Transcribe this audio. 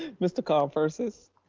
ah mr. carl persis?